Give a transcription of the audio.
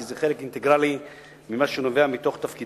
כי זה חלק אינטגרלי ממה שנובע מתפקידה.